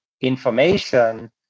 information